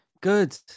Good